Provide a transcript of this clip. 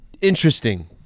interesting